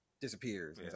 disappears